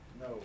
No